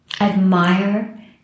admire